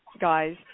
guys